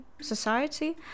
society